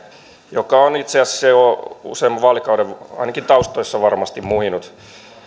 joka on itse asiassa jo useamman vaalikauden ainakin taustoissa varmasti muhinut